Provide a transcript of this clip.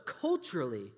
culturally